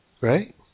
right